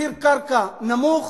מחיר קרקע נמוך,